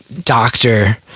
doctor